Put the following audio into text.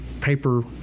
paper